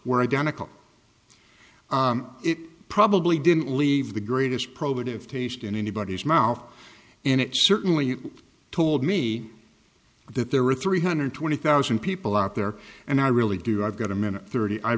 were identical it probably didn't leave the greatest probative taste in anybody's mouth and it certainly told me that there were three hundred twenty thousand people out there and i really do i've got a minute thirty i